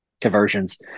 conversions